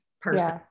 person